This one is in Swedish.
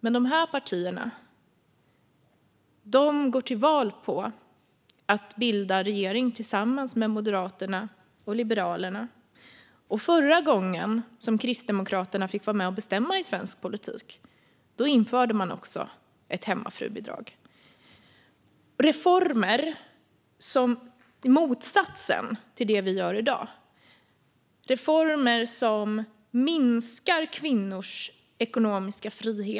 Men dessa partier går till val på att bilda regering tillsammans med Moderaterna och Liberalerna. Förra gången som Kristdemokraterna fick vara med och bestämma i svensk politik införde man ett hemmafrubidrag. Det är reformer som står i motsats till det vi gör i dag. Det är reformer som minskar kvinnors ekonomiska frihet.